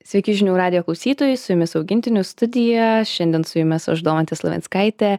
sveiki žinių radijo klausytojai su jumis augintinių studija šiandien su jumis aš domantė slavinskaitė